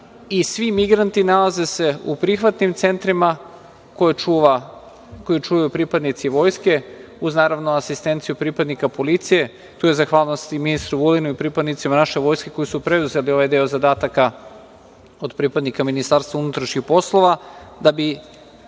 i svi migranti nalaze se u prihvatnim centrima koje čuvaju pripadnici vojske, uz naravno asistenciju pripadnika policije. Tu je zahvalnost i ministru Vulinu i pripadnicima naše vojske koji su preuzeli ovaj deo zadataka od pripadnika Ministarstva unutrašnjih poslova da bi